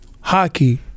hockey